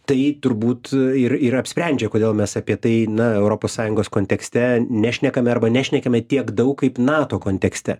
tai turbūt ir ir apsprendžia kodėl mes apie tai na europos sąjungos kontekste nešnekame arba nešnekeme tiek daug kaip nato kontekste